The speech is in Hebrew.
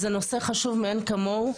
זה נושא חשוב מאין כמוהו.